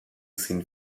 sin